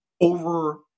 over